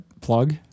plug